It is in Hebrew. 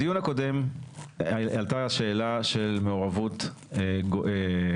בדיון הקודם עלתה השאלה של מעורבות גורם